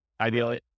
Ideally